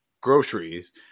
groceries